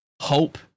hope